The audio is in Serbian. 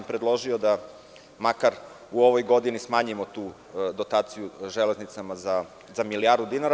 Predložio sam da makar u ovoj godini smanjimo tu dotaciju „Železnicama“ za milijardu dinara.